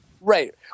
Right